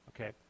Okay